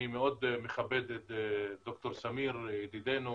אני מאוד מכבד את ד"ר סמיר ידידנו.